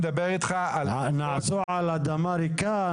נעשו על אדמה ריקה?